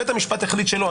בית המשפט החליט שלא.